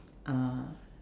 uh